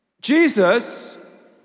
Jesus